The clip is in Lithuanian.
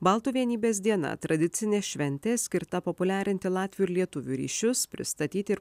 baltų vienybės diena tradicinė šventė skirta populiarinti latvių ir lietuvių ryšius pristatyti ir